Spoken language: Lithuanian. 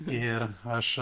ir aš